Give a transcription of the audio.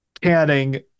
canning